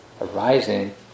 arising